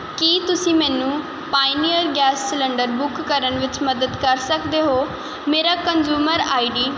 ਕੀ ਤੁਸੀਂ ਮੈਨੂੰ pioneer gas cylinder book ਕਰਨ ਵਿੱਚ ਮਦਦ ਕਰ ਸਕਦੇ ਹੋ ਮੇਰਾ ਕਨਜਿਉਮਰ ਆਈਡੀ